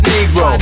Negro